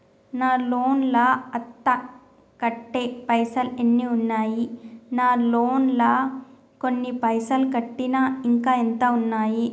నా లోన్ లా అత్తే కట్టే పైసల్ ఎన్ని ఉన్నాయి నా లోన్ లా కొన్ని పైసల్ కట్టిన ఇంకా ఎంత ఉన్నాయి?